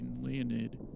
Leonid